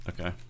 Okay